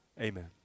amen